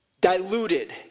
diluted